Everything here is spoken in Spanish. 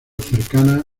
cercana